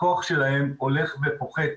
הכוח שלהם הולך ופוחת.